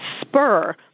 spur